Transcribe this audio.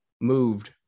moved